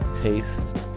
taste